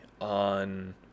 on